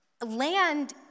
Land